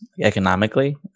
economically